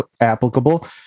applicable